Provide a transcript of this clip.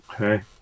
Okay